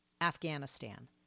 Afghanistan